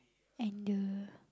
and the